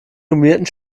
gummierten